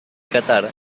catar